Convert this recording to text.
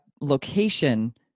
location